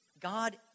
God